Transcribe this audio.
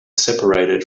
separated